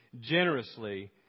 generously